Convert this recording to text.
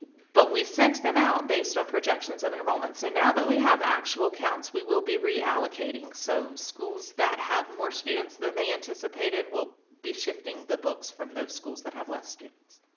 but we sent them out based on projections of enrollment. so now that we have actual counts we will be re-allocating. so schools that have more students than they anticipated we'll be shifting the books from the schools that have less students.